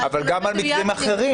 נכון, אבל גם על מקרים אחרים.